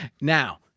Now